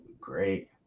great